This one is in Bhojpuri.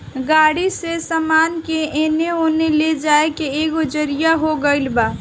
गाड़ी से सामान के एने ओने ले जाए के एगो जरिआ हो गइल बा